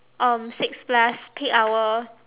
um six plus peak hour